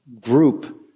group